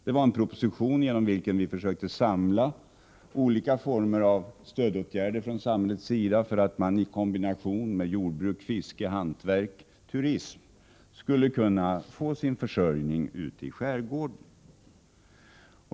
Det var en proposition genom vilken vi försökte samla olika former av stödåtgärder från samhällets sida för att människor, med en kombination av jordbruk, fiske, hantverk och turism, skulle kunna få sin försörjning i skärgården.